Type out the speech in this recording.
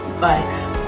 Bye